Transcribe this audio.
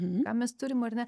ką mes turim ar ne